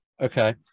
Okay